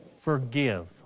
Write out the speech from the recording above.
forgive